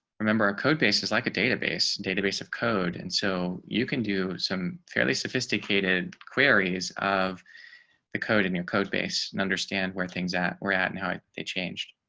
remember our code base is like a database database of code. and so you can do some fairly sophisticated queries of the code in your code base and understand where things that we're at and how they changed.